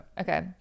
Okay